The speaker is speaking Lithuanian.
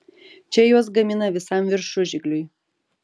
čia juos gamina visam viršužigliui